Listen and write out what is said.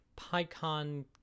PyCon